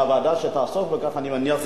הוועדה שתעסוק בכך היא, אני מניח,